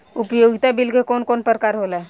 उपयोगिता बिल के कवन कवन प्रकार होला?